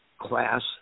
class